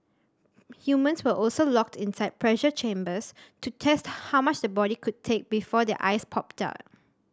humans were also locked inside pressure chambers to test how much the body could take before their eyes popped out